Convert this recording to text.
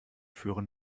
führen